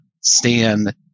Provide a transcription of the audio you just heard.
stand